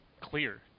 clear